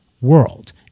world